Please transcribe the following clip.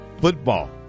Football